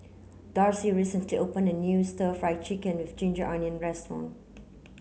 Darcie recently opened a new stir fry chicken with ginger onion restaurant